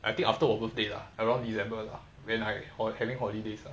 I think after 我 birthday lah around december lah when I or having holidays ah